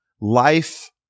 Life